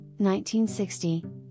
1960